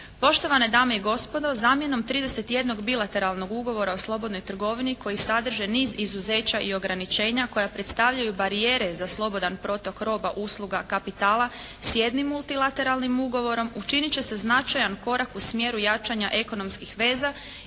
Poštovane dame i gospodo zamjenom trideset i jednog bilateralnog ugovora o slobodnoj trgovini koji sadrže niz izuzeća i ograničenja koja predstavljaju barijere za slobodan protok roba, usluga kapitala s jednim multilateralnim ugovorom učinit će se značajan korak u smjeru jačanja ekonomskih veza